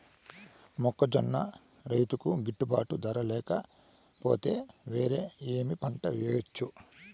మొక్కజొన్న రైతుకు గిట్టుబాటు ధర లేక పోతే, వేరే ఏమి పంట వెయ్యొచ్చు?